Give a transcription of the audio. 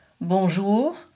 Bonjour